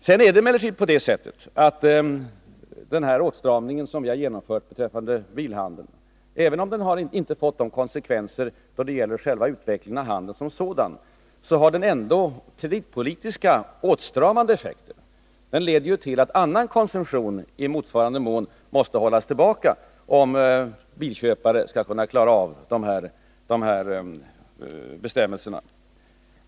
Sedan är det emellertid på det sättet att även om den åtstramning som vi har genomfört beträffande bilhandeln inte har fått de förväntade konsekvenserna då det gäller själva utvecklingen av handeln, så har den ändå fått kreditpolitiska, åtstramande effekter. Den leder nämligen till att annan konsumtion i motsvarande mån måste hållas tillbaka, om bilköpare skall kunna följa de nya bestämmelserna.